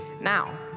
now